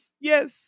Yes